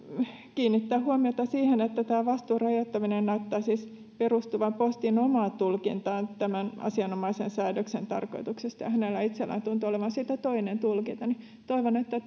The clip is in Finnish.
kiinnittää huomiota siihen että tämä vastuun rajoittaminen näyttää siis perustuvan postin omaan tulkintaan tämän asianomaisen säädöksen tarkoituksesta hänellä itsellään tuntui olevan siitä toinen tulkinta toivon että